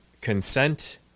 consent